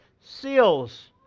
seals